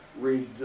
read.